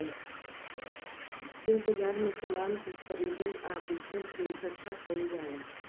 share बाजार में समान के खरीदल आ बेचल के इकठ्ठा कईल जाला